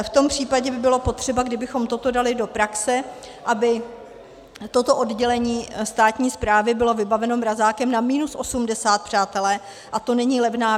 V tom případě by bylo potřeba, kdybychom toto dali do praxe, aby toto oddělení státní správy bylo vybaveno mrazákem na minus 80, přátelé, a to není levná věc.